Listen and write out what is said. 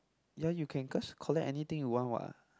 ya you can just collect anything you want what